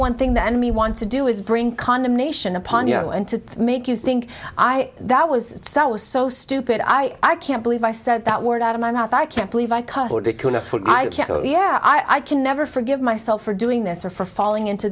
one thing the enemy wants to do is bring condemnation upon you and to make you think i am that was so it was so stupid i can't believe i said that word out of my mouth i can't believe i cuss yeah i can never forgive myself for doing this or for falling into